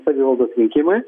savivaldos rinkimai